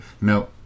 No